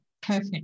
perfect